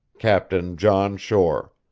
captain john shore.